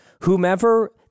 Whomever